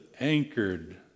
anchored